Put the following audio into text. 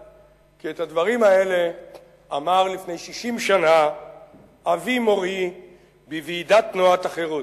כי את הדברים האלה אמר לפני 60 שנה אבי מורי בוועידת תנועת החרות.